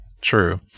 true